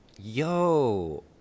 Yo